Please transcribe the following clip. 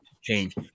change